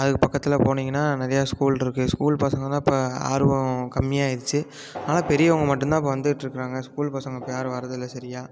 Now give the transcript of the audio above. அதுக்கு பக்கத்தில் போனீங்கன்னா நிறையா ஸ்கூல் இருக்கு ஸ்கூல் பசங்க தான் இப்போ ஆர்வம் கம்மியாக ஆயிடுச்சு ஆனால் பெரியவங்க மட்டும்தான் இப்போ வந்துகிட்டு இருக்கிறாங்க ஸ்கூல் பசங்க இப்போ யாரும் வரது இல்லை சரியா